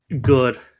Good